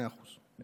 מאה אחוז.